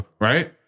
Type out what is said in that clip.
right